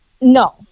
No